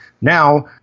Now